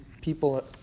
people